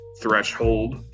threshold